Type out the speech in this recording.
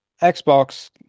Xbox